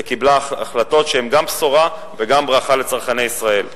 וקיבלה החלטות שהן גם בשורה וגם ברכה לצרכני ישראל.